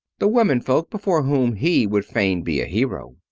the women-folk before whom he would fain be a hero.